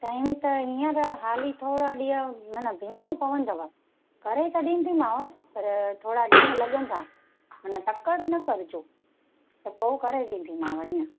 time त हींअर हाली थोरा ॾींहं न न बीहणो पवंदव करे त ॾींदीमाव पर थोरा ॾींहं लॻंदा मन तकड़ न कजो त पोइ करे ॾींदीमाव ईअं